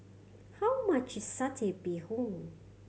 how much is Satay Bee Hoon